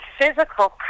physical